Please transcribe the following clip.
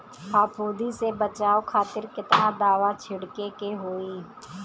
फाफूंदी से बचाव खातिर केतना दावा छीड़के के होई?